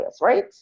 right